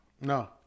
No